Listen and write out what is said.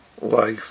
life